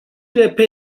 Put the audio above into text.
juppé